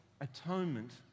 atonement